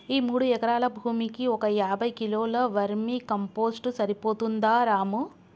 ఈ మూడు ఎకరాల భూమికి ఒక యాభై కిలోల వర్మీ కంపోస్ట్ సరిపోతుందా రాము